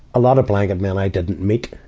a lot of blanketmen i didn't meet,